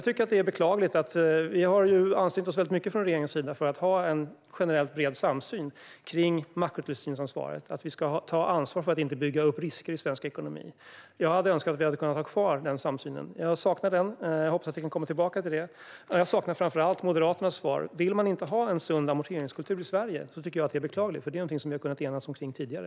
Regeringen har ansträngt sig mycket för att vi ska ha en generellt bred samsyn på makrotillsynsansvaret och ta ansvar för att inte bygga upp risker i svensk ekonomi. Jag önskar att vi kunde ha kvar den samsynen. Jag saknar den och hoppas att vi kan komma tillbaka till den. Jag saknar framför allt Moderaternas svar. Det är beklagligt om ni inte vill ha en sund amorteringskultur i Sverige, för det är något vi har kunnat enas kring tidigare.